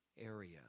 area